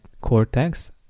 cortex